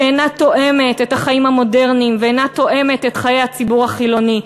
שאינה תואמת את החיים המודרניים ואינה תואמת את חיי הציבור החילוני,